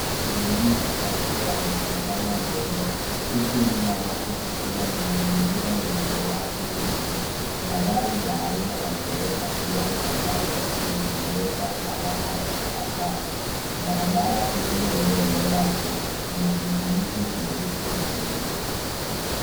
Ni mtu akiwa ametazama mbele huku nyuma yake kukiwa na mazingira yenye watu wengi na gari la aina ya [cs ] Toyota hience [cs ] ambalo linaonyesha alama ya tahadhari. Barabara iliyo mbele yake ina vizuizi vyeusi na vyeupe.